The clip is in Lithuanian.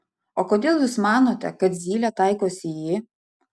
o kodėl jūs manote kad zylė taikosi į jį